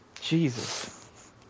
Jesus